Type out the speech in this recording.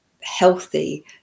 healthy